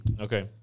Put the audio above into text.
Okay